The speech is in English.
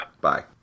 Bye